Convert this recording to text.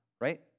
Right